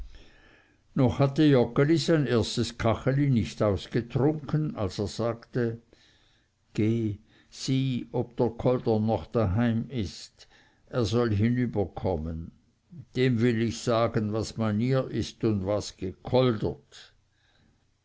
noch hatte joggeli sein erstes kacheli nicht ausgetrunken als er sagte geh sieh ob der kolder noch daheim ist er soll hinüberkommen dem will ich sagen was manier ist und was gekoldert